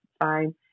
Fine